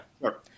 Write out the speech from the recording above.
sure